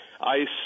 ice